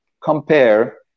compare